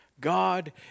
God